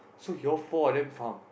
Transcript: so you all four of them farm ah